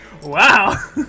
Wow